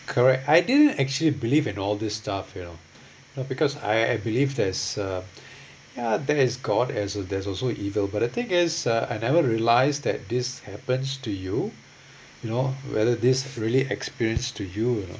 correct I didn't actually believe and all this stuff you know because I I believe there's uh ya there's a god as there's also evil but the thing is I never realised that this happens to you you know whether this really experience to you you know